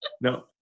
No